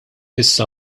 issa